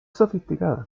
sofisticada